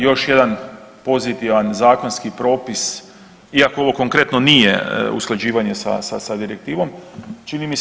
Još jedan pozitivan zakonski propis, iako ovo konkretno nije usklađivanje sa direktivom, čini mi se.